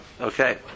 okay